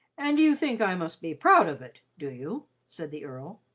and you think i must be proud of it, do you? said the earl.